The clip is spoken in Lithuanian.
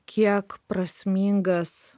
kiek prasmingas